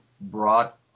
Brought